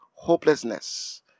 hopelessness